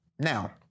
Now